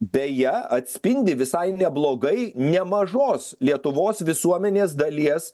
beje atspindi visai neblogai nemažos lietuvos visuomenės dalies